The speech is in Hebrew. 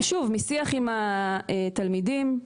משיח עם התלמידים,